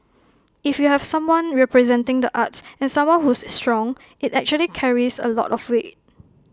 if you have someone representing the arts and someone who's strong IT actually carries A lot of weight